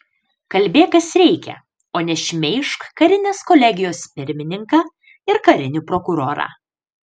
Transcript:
kalbėk kas reikia o ne šmeižk karinės kolegijos pirmininką ir karinį prokurorą